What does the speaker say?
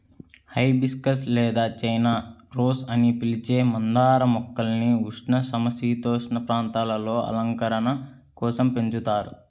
hibiscus లేదా China rose అని పిలిచే మందార మొక్కల్ని ఉష్ణ, సమసీతోష్ణ ప్రాంతాలలో అలంకరణ కోసం పెంచుతారు